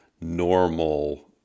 normal